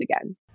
again